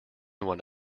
one